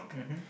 mmhmm